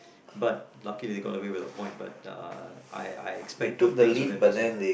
but lucky they got away with the point but uh I I expect good things from them this year